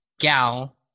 Gal